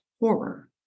horror